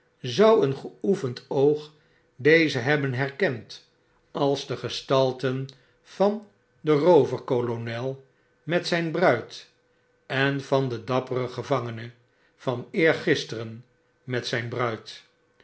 zy nader kwamenzoueengeoefend oog deze hebben herkend als de gestalten van den rooverkolonel met zyn bruid en van den dapperen gevangene van eergisteren met zyn bruid